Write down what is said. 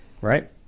right